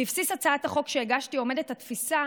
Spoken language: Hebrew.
בבסיס הצעת החוק שהגשתי עומדת התפיסה